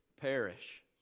perish